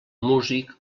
músic